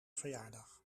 verjaardag